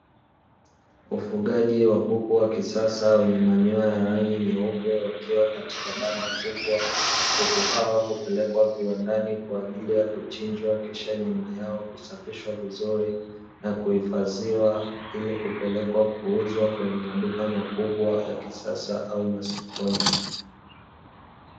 Ufugaji wa kuku wa kisasa wenye manyoya ya rangi nyeupe, wakiwa katika banda kubwa, kuku hao hupelekwa viwandani kwa ajili ya kuchinjwa, kisha nyama yao kusafishwa vizuri na kuhifadhiwa ili kupelekwa kuuzwa kwenye maduka makubwa ya kisasa au masokoni.